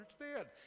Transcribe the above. understand